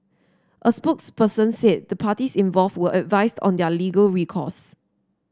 a spokesperson said the parties involved were advised on their legal recourse